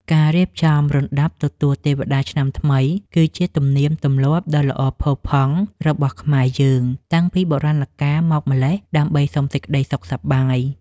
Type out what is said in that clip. ការរៀបចំរណ្តាប់ទទួលទេវតាឆ្នាំថ្មី គឺជាទំនៀមទម្លាប់ដ៏ល្អផូរផង់របស់ខ្មែរយើងតាំងពីបុរាណកាលមកម្ល៉េះដើម្បីសុំសេចក្តីសុខសប្បាយ។